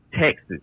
Texas